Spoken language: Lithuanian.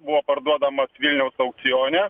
buvo parduodamas vilniaus aukcione